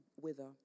wither